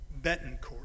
Betancourt